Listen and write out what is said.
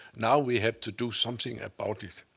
now we have to do something about it.